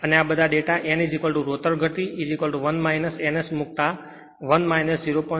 અને તે આ બધા ડેટા n રોટર ગતિ 1 S n મૂકતા 1 0